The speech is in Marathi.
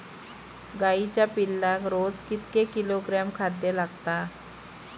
गाईच्या पिल्लाक रोज कितके किलोग्रॅम खाद्य लागता?